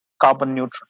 carbon-neutral